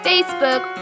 Facebook